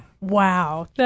Wow